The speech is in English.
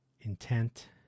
intent